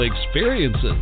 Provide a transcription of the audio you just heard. experiences